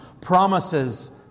promises